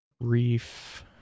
Reef